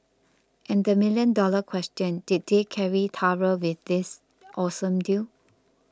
and the million dollar question did they carry through with this awesome deal